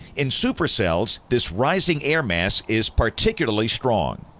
in supercells, this rising airmass is particularly strong.